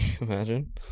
Imagine